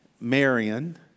Marion